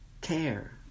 care